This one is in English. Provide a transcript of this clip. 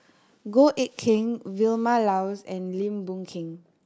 Goh Eck Kheng Vilma Laus and Lim Boon Keng